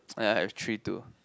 I I have tree too